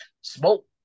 smoke